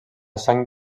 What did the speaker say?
sang